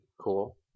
Cool